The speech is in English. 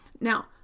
Now